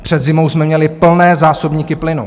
Před zimou jsme měli plné zásobníky plynu.